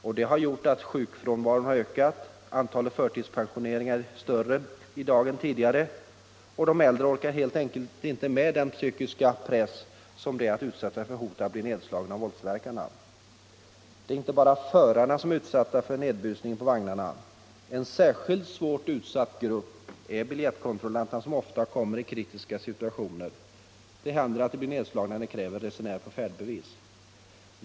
Det har också gjort att sjukfrånvaron ökat, och antalet förtidspensioneringar är också betydligt större i dag än tidigare. De äldre orkar helt enkelt inte med den psykiska press som det är att utsätta sig för hotet att bli nedslagna av våldsverkare. — Det är inte bara förarna som är utsatta för nedbusningen på vagnarna. En särskilt svårt utsatt grupp är biljettkontrollanterna som ofta kommer i kritiska situationer. Det händer att de blir nedslagna när de kräver resenärer på färdbevis.